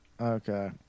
Okay